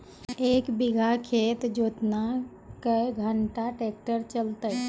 एक बीघा खेत जोतना क्या घंटा ट्रैक्टर चलते?